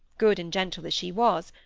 good and gentle as she was,